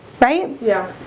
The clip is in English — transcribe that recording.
right. yeah,